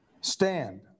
stand